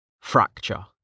Fracture